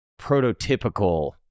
prototypical